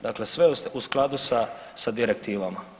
Dakle, sve u skladu sa direktivama.